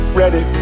ready